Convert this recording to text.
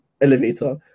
elevator